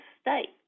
state